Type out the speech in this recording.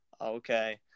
Okay